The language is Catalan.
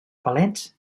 palets